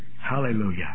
Hallelujah